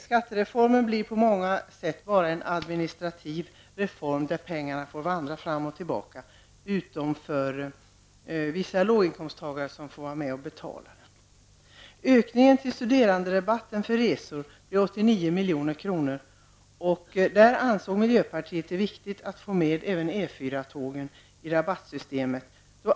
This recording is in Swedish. Skattereformen blir på många sätt bara en administrativ reform där pengarna får vandra fram och tillbaka utom för vissa låginkomsttagare som får vara med och betala. Ökningen av medel till studeranderabatten för resor blir 89 milj.kr. Miljöpartiet har ansett det viktigt att få med även E 4-tågen i rabattsystemet.